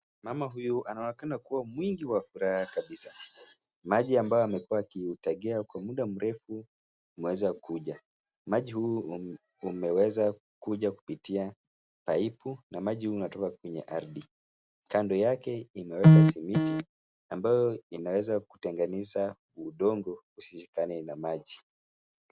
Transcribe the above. Mama huyu anaonekana kuwa mwingi wa furaha kabisa. Maji ambayo amekuwa akiutegea kwa muda mrefu umeweza kuja. Maji huu umeweza kuja kupitia paipu na maji huu unatoka kwenye ardhi. Kando yake imewekwa simiti, ambayo inaweza kutenganisha udongo usishikane na maji.